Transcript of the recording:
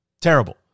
Terrible